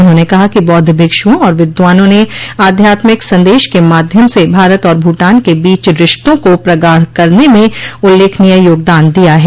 उन्होंने कहा कि बौद्ध भिक्ष्प्रों और विद्वानों ने आध्यात्मिक संदेश के माध्यम से भारत और भूटान के बीच रिश्तों को प्रगाढ़ करने में उल्लेखनीय योगदान दिया है